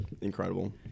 incredible